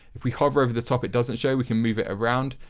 if we hover over the top it doesn't show we can move it around.